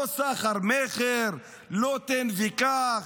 לא סחר-מכר, לא תן וקח,